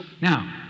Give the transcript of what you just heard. Now